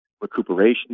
recuperation